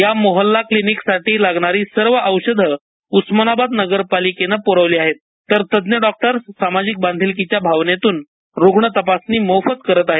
या मोहल्ला क्लीनिकसाठी लागणारी सर्व औषधे उस्मानाबाद नगरपालिकेने पुरवले आहेत तर तज्ञ डॉक्टर्स सामाजिक बांधिलकीच्या भावनेतून रुग्ण तपासणी मोफत करत आहेत